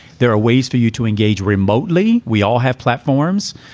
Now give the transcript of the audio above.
there are ways for you to engage remotely. we all have platforms.